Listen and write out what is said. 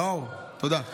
נאור, תודה.